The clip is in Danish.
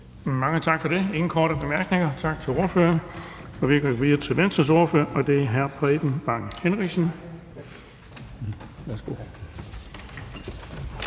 Mange tak for det. Der er ingen korte bemærkninger. Tak til ordføreren. Vi går videre til Venstres ordfører, og det er hr. Preben Bang Henriksen.